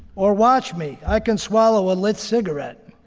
or watch me. i can swallow a lit cigarette.